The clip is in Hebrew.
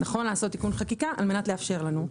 נכון לעשות תיקון חקיקה על מנת לאפשר לנו.